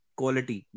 quality